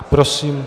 Prosím.